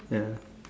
ya